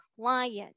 client